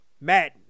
Madden